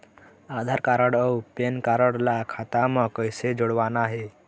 आधार card अऊ PAN card ला खाता म कइसे जोड़वाना हे?